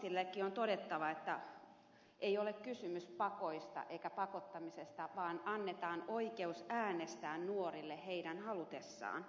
tallqvistillekin on todettava että ei ole kysymys pakoista eikä pakottamisesta vaan annetaan oikeus äänestää nuorille heidän halutessaan